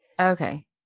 Okay